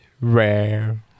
rare